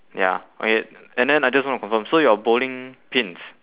ya okay and then I just wanna confirm so your bowling pins